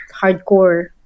hardcore